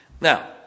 Now